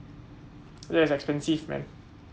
that is expensive man